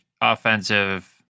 offensive